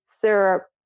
syrup